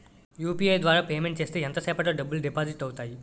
UPI ద్వారా payment చేస్తే ఎంత సేపటిలో డబ్బులు డిపాజిట్ అవుతాయి?